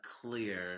clear